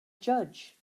judge